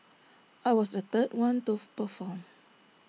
I was the third one to perform